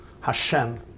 Hashem